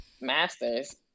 master's